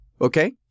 okay